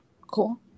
Cool